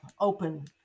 open